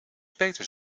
beter